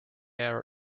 air